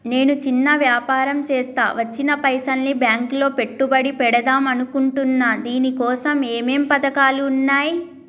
నేను చిన్న వ్యాపారం చేస్తా వచ్చిన పైసల్ని బ్యాంకులో పెట్టుబడి పెడదాం అనుకుంటున్నా దీనికోసం ఏమేం పథకాలు ఉన్నాయ్?